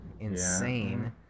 insane